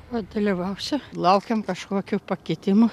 na dalyvausiu laukiam kažkokių pakitimų